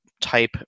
type